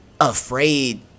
afraid